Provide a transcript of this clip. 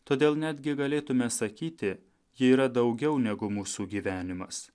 todėl netgi galėtume sakyti ji yra daugiau negu mūsų gyvenimas